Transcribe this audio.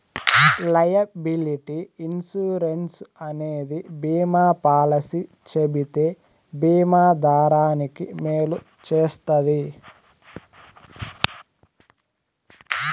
liability insurance అనేది బీమా policy చెబితే బీమా దారానికి మేలు చేస్తది